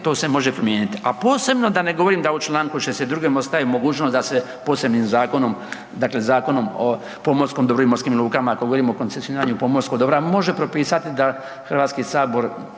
to se može promijeniti, a posebno da ne govorim da u Članku 62. ostaje mogućnost da se posebnim zakonom, dakle Zakonom o pomorskom dobru i morskim lukama ako govorimo o koncesioniranju pomorskog dobra može propisati da Hrvatski sabor